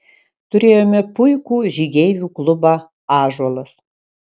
turėjome puikų žygeivių klubą ąžuolas